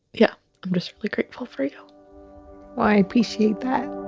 yeah i'm just really grateful for you well i appreciate that